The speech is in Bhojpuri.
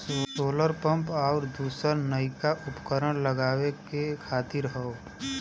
सोलर पम्प आउर दूसर नइका उपकरण लगावे खातिर हौ